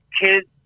Kids